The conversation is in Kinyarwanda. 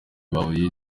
bahuye